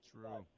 True